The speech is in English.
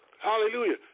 Hallelujah